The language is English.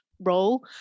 role